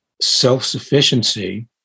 self-sufficiency